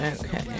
Okay